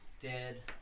dead